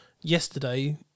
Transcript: yesterday